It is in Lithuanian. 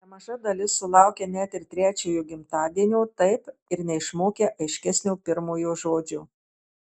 nemaža dalis sulaukia net ir trečiojo gimtadienio taip ir neišmokę aiškesnio pirmojo žodžio